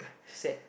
sad